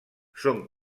són